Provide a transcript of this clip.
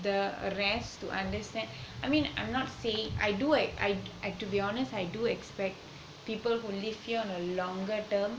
the rest to understand I mean I'm not saying to be honest I do expect people who live here on the longer term